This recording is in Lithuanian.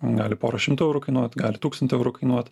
gali porą šimtų eurų kainuot gali tūkstantį eurų kainuot